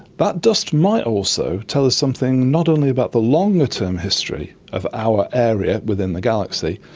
but dust might also tell us something not only about the longer-term history of our area within the galaxy,